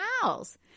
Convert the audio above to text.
house